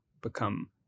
become